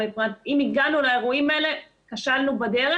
אם הגענו לאירועים האלה, כשלנו בדרך.